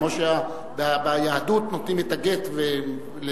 כמו שביהדות נותנים את הגט לידה,